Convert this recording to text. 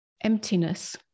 emptiness